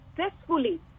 successfully